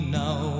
now